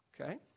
Okay